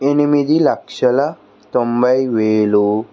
ఎనిమిదిలక్షల తొంభైవేలు